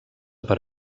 per